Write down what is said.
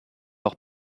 leur